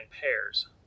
pairs